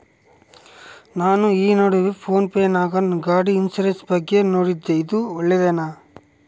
ನಾನು ಈ ನಡುವೆ ಫೋನ್ ಪೇ ನಾಗ ಗಾಡಿ ಇನ್ಸುರೆನ್ಸ್ ಬಗ್ಗೆ ನೋಡಿದ್ದೇ ಇದು ಒಳ್ಳೇದೇನಾ?